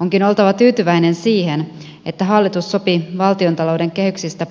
onkin oltava tyytyväinen siihen että hallitus sopi valtiontalouden kehyksistä